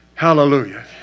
Hallelujah